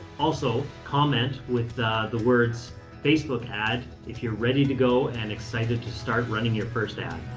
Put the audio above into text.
also, comment with the words facebook ad if you're ready to go and excited to start running your first ad.